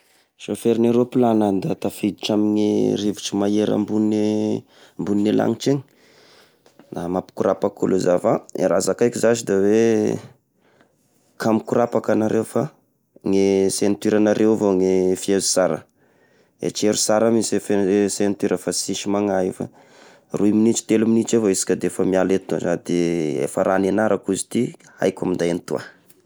Sôfera gny rôplagna iaho da tafiditry amy rivotry mahery ambony ambony ny lanitry igny, na mampikorapaky olo za va, i raha zakaiko zashy da hoe: ka mikorapaka agnareo fa ny ceinture agnareo avao ny fehero sara, hetrero sara mihinsy e-fe-e-ceinture fa sisy mahany io fa roy minitry, telo minitry avao isika de efa miala eto, da rah-ady afa raha niagnarako izy ity haiko minday any toa ah.